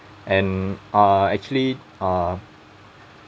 and uh actually uh